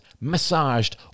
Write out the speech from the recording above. massaged